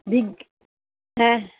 বিজ্ঞা হ্যাঁ